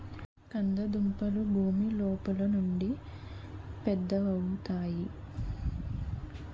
కంద దుంపలు భూమి లోపలుండి పెద్దవవుతాయి